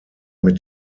mit